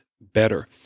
better